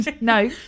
No